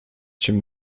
için